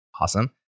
awesome